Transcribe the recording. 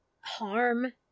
harm